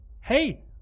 hey